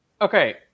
Okay